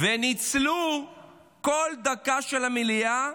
ניצלו כל דקה של המליאה